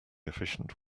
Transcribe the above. efficient